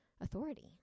authority